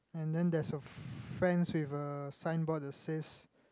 and then there's a friends with a signboard that says